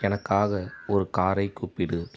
எனக்காக ஒரு காரை கூப்பிடு